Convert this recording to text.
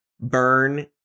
Burn